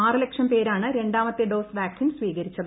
ആറു ലക്ഷം പേരാണ് രണ്ടാമത്തെ ഡോസ് വാക്സിൻ സ്വീകരിച്ചത്